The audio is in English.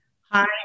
Hi